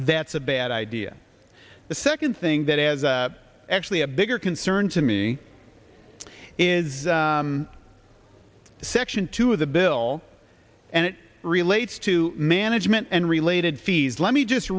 that's a bad idea the second thing that is actually a bigger concern to me is section two of the bill and it relates to management and related fees let me just